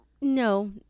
No